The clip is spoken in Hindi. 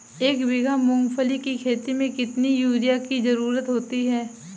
एक बीघा मूंगफली की खेती में कितनी यूरिया की ज़रुरत होती है?